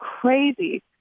crazy